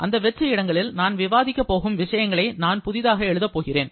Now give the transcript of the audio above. அந்த வெற்று இடங்களில் நான் விவாதிக்கப் போகும் விஷயங்களை நான் புதிதாக எழுதப் போகிறேன்